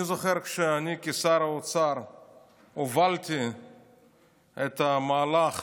אני זוכר שכשאני כשר האוצר הובלתי את המהלך